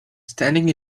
standing